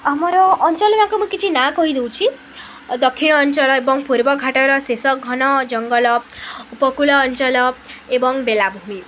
ଆମର ଅଞ୍ଚଳରେ ଆଗ ମୁଁ କିଛି ନାଁ କହିଦେଉଛି ଦକ୍ଷିଣ ଅଞ୍ଚଳ ଏବଂ ପୂର୍ବଘାଟର ଶେଷ ଘନ ଜଙ୍ଗଲ ଉପକୂଳ ଅଞ୍ଚଳ ଏବଂ ବେଳାଭୂମି